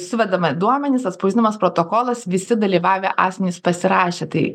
suvedami duomenys atspausdinamas protokolas visi dalyvavę asmenys pasirašė tai